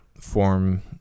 form –